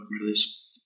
release